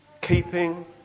keeping